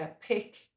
pick